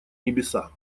небеса